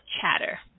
Chatter